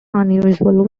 unusual